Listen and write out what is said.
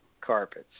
carpets